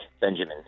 Benjamin